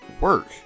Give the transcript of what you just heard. work